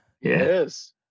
Yes